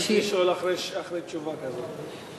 שאילתא, אין מה לשאול אחרי תשובה כזאת.